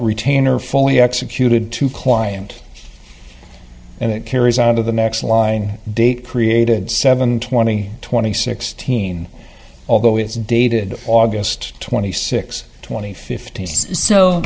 retainer fully executed to client and it carries out of the next line date created seven twenty twenty sixteen although it's dated august twenty six twenty fifteen